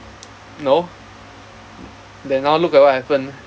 no then now look at what happen